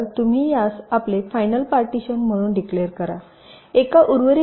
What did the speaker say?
तर तुम्ही यास आपले फायनल पार्टीशन म्हणून डिक्लेर करा एका उर्वरित भागातील a b c e